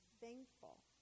thankful